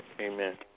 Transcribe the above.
Amen